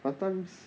at times